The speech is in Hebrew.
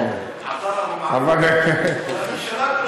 עבדאללה אבו מערוף.